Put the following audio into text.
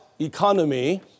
economy